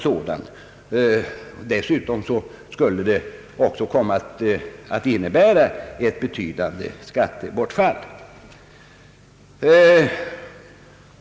Dessutom skulle det komma att innebära ett betydande skattebortfall.